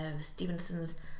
stevenson's